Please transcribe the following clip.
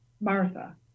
Martha